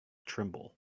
tremble